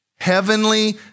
heavenly